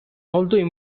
although